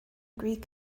greek